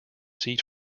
seat